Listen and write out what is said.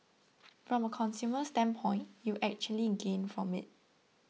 from a consumer standpoint you actually gain from it